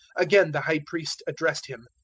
again the high priest addressed him.